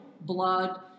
blood